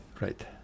right